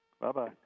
Bye-bye